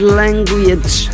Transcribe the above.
language